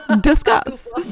discuss